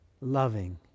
loving